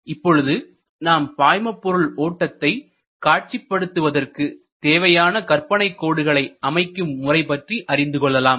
இப்பொழுது நாம் பாய்மபொருள் ஓட்டத்தை காட்சிப்படுத்துவதற்கு தேவையான கற்பனைக் கோடுகளை அமைக்கும் முறை பற்றி அறிந்து கொள்ளலாம்